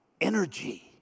Energy